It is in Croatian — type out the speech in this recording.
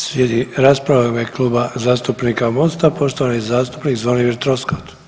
Slijedi rasprava u ime Kluba zastupnika Mosta, poštovani zastupnik Zvonimir Troskot.